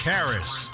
Harris